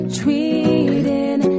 tweeting